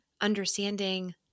understanding